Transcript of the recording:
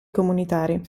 comunitari